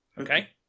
Okay